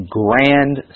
grand